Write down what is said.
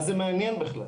מה זה מעניין בכלל?